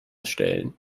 stellen